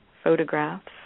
Photographs